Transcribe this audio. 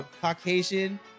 Caucasian